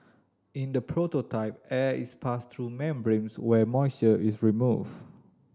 in the prototype air is passed through membranes where moisture is removed